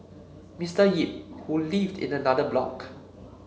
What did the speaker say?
Mister Yip who lived in another block